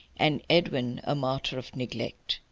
and edwin a martyr of neglect.